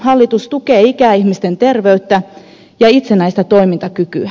hallitus tukee ikäihmisten terveyttä ja itsenäistä toimintakykyä